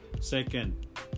Second